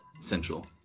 essential